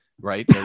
right